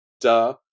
duh